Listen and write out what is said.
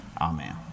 Amen